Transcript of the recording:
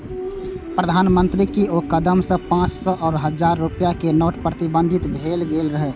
प्रधानमंत्रीक ओइ कदम सं पांच सय आ हजार रुपैया के नोट प्रतिबंधित भए गेल रहै